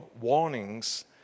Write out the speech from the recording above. warnings